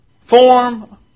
form